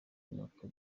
nuko